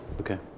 Okay